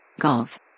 Golf